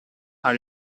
are